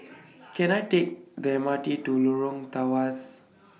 Can I Take The M R T to Lorong Tawas